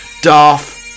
Darth